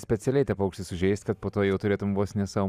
specialiai tą paukštį sužeisti kad po to jau turėtum vos ne savo